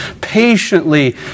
patiently